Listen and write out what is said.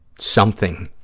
something